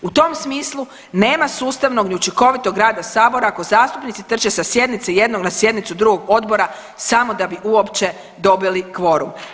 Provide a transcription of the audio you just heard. U tom smislu nema sustavnog ni učinkovitog rada sabora ako zastupnici trče sa sjednice jednog na sjednicu drugog odbora samo da bi uopće dobili kvorum.